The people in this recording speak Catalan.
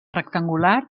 rectangular